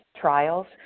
trials